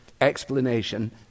explanation